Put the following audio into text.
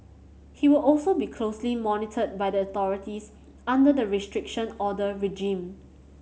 he will also be closely monitored by the authorities under the Restriction Order regime